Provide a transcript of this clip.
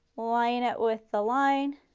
line it with the line,